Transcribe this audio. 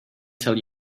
tell